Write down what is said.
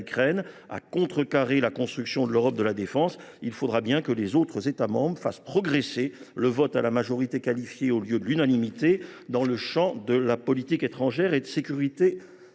l’Ukraine et à contrecarrer la construction de l’Europe de la défense, il faudra bien que les autres États membres fassent progresser le vote à la majorité qualifiée, au lieu de l’unanimité aujourd’hui requise dans le domaine de la politique étrangère et de sécurité.